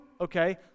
okay